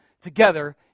together